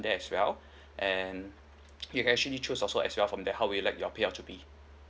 there as well and you can actually choose also as well from there how will you like your payout to be